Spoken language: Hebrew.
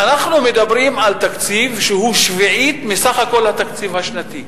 ואנחנו מדברים על תקציב שהוא שביעית מסך הכול התקציב השנתי,